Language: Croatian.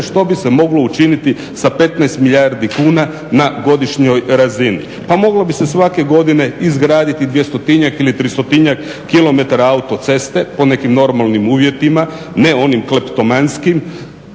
što bi se moglo učiniti sa 15 milijardi kuna na godišnjoj razini. Pa moglo bi se svake godine izgraditi 200-njak ili 300-njak km autoceste po nekim normalnim uvjetima, ne onim kleptomanskim,